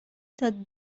tad